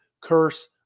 curse